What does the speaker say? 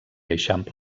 eixampla